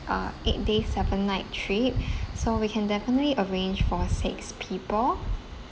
uh eight days seven night trip so we can definitely arrange for six people